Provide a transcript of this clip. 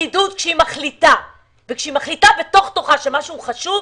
כשהפקידות מחליטה בתוך תוכה שמשהו חשוב,